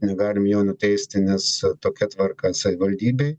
negalim jo nuteisti nes tokia tvarka savivaldybėj